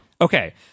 Okay